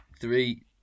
Three